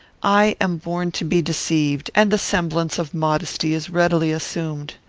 i am born to be deceived, and the semblance of modesty is readily assumed.